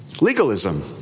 Legalism